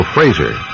Fraser